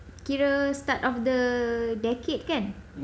kira start of the decade kan